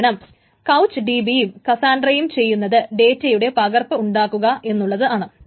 കാരണം കൌച് DBയും കസാൻഡ്രയും ചെയ്യുന്നത് ഡേറ്റയുടെ പകർപ്പ് ഉണ്ടാക്കുക എന്നുള്ളതാണ്